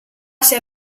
ser